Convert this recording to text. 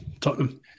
Tottenham